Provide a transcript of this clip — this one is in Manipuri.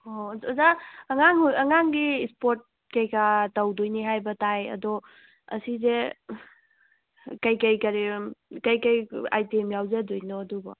ꯑꯣ ꯑꯗꯣ ꯑꯣꯖꯥ ꯑꯉꯥꯡ ꯑꯉꯥꯡꯒꯤ ꯏꯁꯄꯣꯔꯠ ꯀꯩꯀꯥ ꯇꯧꯗꯣꯏꯅꯦ ꯍꯥꯏꯕ ꯇꯥꯏ ꯑꯗꯣ ꯑꯁꯤꯁꯦ ꯀꯩꯀꯩ ꯀꯩꯀꯩ ꯑꯥꯏꯇꯦꯝ ꯌꯥꯎꯖꯗꯣꯏꯅꯣ ꯑꯗꯨꯕꯨ